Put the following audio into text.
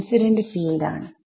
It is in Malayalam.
ഇൻസിഡന്റ് ഫീൽഡ് ആണ്